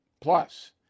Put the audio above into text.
plus